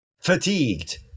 fatigued